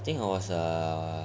I think I was err